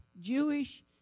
Jewish